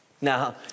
Now